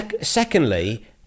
Secondly